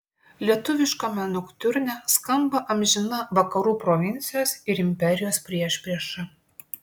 lietuviškame noktiurne skamba amžina vakarų provincijos ir imperijos priešprieša